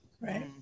right